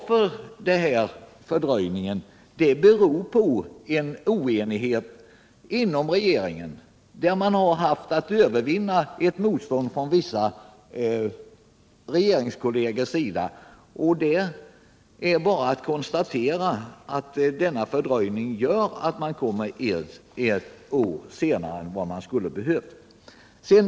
Fördröjningen beror på oenighet inom regeringen. Man har haft att övervinna ett motstånd från vissa regeringskollegers sida. Det är bara att konstatera att denna fördröjning gör att förslaget läggs fram ett år senare än nödvändigt.